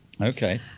Okay